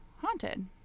haunted